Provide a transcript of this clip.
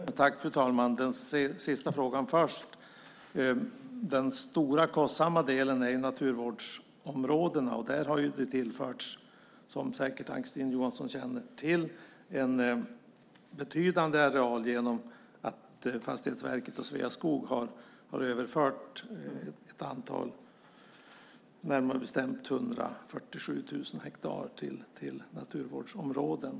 Fru talman! Jag besvarar den sista frågan först. Den stora och kostsamma delen är naturvårdsområdena. Där har det tillförts, som Ann-Kristine Johansson säkert känner till, en betydande areal genom att Fastighetsverket och Sveaskog har överfört närmare bestämt 147 000 hektar till naturvårdsområden.